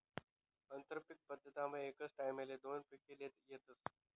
आंतरपीक पद्धतमा एकच टाईमले दोन पिके ल्हेता येतस